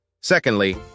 Secondly